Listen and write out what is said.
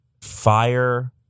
fire